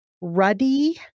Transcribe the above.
ruddy